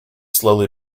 slowly